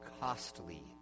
costly